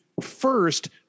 first